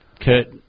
Kurt